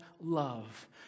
love